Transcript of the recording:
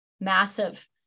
massive